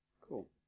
cool